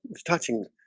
it's touching